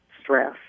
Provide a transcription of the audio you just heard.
stress